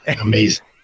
amazing